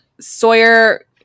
Sawyer